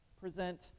present